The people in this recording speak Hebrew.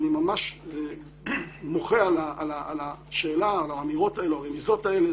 אני ממש מוחה על השאלה או על האמירות האלה או הרמיזות האלה,